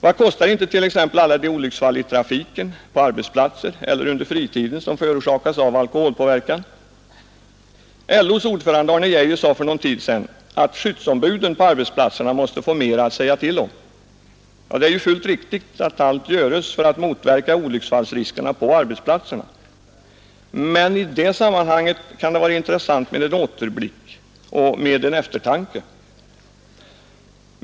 Vad kostar inte t.ex. alla de olycksfall i trafiken, på arbetsplatser eller under fritiden som förorsakas av alkoholpåverkan? LO:s ordförande Arne Geijer sade för någon tid sedan att skyddsombuden på arbetsplatserna måste få mera att säga till om. Det är ju fullt riktigt att allt göres för att motverka olycksfallsriskerna på arbetsplatserna. Men i det sammanhanget kan det vara intressant med en återblick och med en eftertanke.